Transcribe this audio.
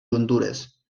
hondures